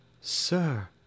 Sir